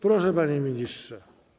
Proszę, panie ministrze.